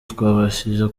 twabashije